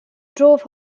drove